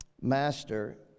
Master